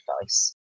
advice